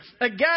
Again